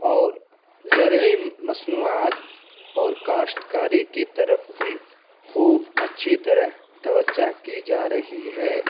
اور زرعی مصنوعات اور کاشت کاری کی طرف بھی خوب اچھی طرح توجہ کی جا رہی ہے